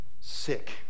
sick